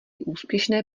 úspěšné